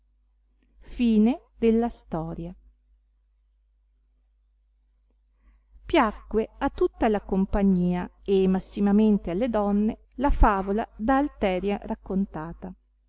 maneggio piacque a tutta la compagnia e massimamente alle donne la favola da alteria raccontata